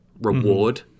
reward